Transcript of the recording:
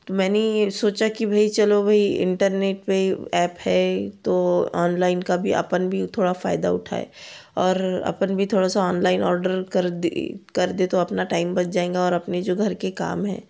मैंने यह सोचा कि भई चलो भई इंटरनेट पर ऐप है तो ऑनलाइन का भी अपन भी थोड़ा फ़ायदा उठाए और अपन भी थोड़ा सा ऑनलाइन ऑर्डर कर दे कर दे तो अपना टाइम बच जाएगा और अपनी जो घर के काम है